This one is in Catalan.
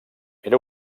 era